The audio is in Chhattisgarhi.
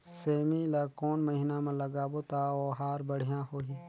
सेमी ला कोन महीना मा लगाबो ता ओहार बढ़िया होही?